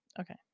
Okay